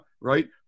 right